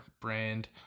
brand